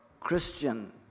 Christian